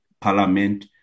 Parliament